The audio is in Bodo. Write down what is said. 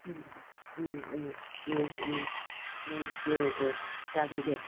उम उम उम दे दे जागोन दे